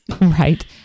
Right